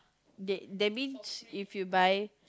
that that means if you buy